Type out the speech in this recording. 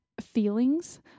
feelings